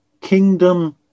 kingdom